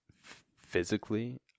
physically